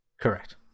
correct